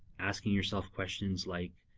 asking yourself questions like,